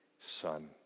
Son